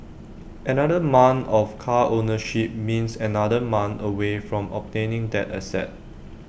another month of car ownership means another month away from obtaining that asset